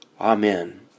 Amen